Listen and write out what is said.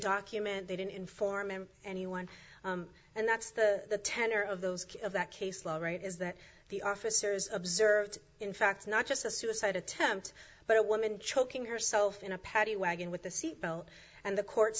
document they didn't inform anyone and that's the tenor of those of that case law right is that the officers observed in fact not just a suicide attempt but a woman choking herself in a paddy wagon with the seat belt and the court